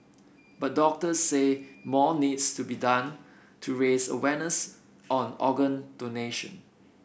but doctors say more needs to be done to raise awareness on organ donation